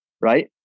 Right